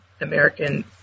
American –